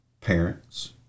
parents